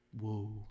Whoa